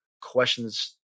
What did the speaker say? questions